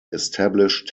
established